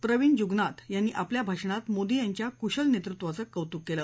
प्रविद जुगनाथ यांनी आपल्या भाषणात मोदी यांच्या कुशल नेतृत्वाचं कौतुक केलं